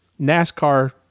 NASCAR